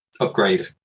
upgrade